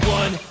one